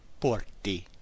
porti